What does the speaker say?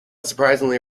surprisingly